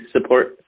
support